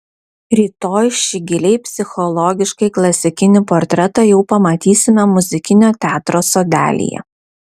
rytoj šį giliai psichologiškai klasikinį portretą jau pamatysime muzikinio teatro sodelyje